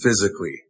physically